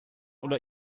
oder